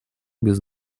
без